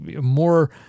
more